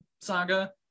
saga